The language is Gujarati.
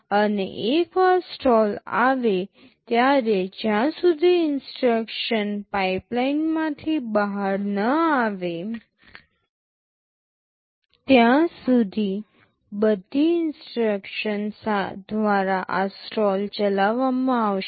અને એકવાર સ્ટોલ આવે ત્યારે જ્યાં સુધી ઇન્સટ્રક્શન પાઇપલાઇનમાંથી બહાર ન આવે ત્યાં સુધી બધી ઇન્સટ્રક્શન્સ દ્વારા આ સ્ટોલ ચલાવવામાં આવશે